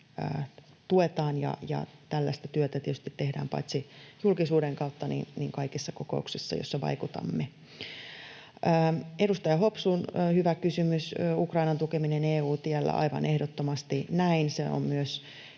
tuetaan. Tällaista työtä tietysti tehdään paitsi julkisuuden kautta myös kaikissa kokouksissa, joissa vaikutamme. Edustaja Hopsun hyvä kysymys Ukrainan tukemisesta EU-tiellä: Aivan ehdottomasti näin.